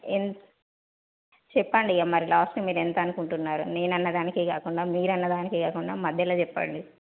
ఎం చెప్పండి ఇక మరి లాస్ట్కి మీరు ఎంత అనుకుంటున్నారో నేను అన్నదానికి కాకుండా మీరు అన్నదానికి కాకుండా మధ్యలో చెప్పండి